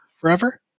forever